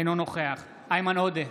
אינו נוכח איימן עודה,